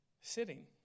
sitting